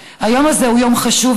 היום הזה הוא יום חשוב,